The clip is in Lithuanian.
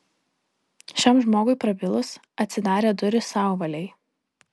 šiam žmogui prabilus atsidarė durys sauvalei